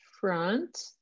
front